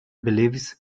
believes